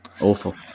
awful